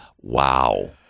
Wow